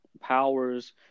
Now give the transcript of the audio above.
powers